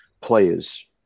players